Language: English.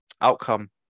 outcome